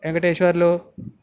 Venkateswarlu